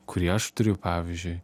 kurį aš turiu pavyzdžiui